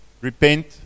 Repent